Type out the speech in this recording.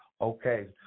okay